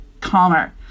calmer